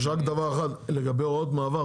יש רק דבר אחד לגבי הוראות מעבר,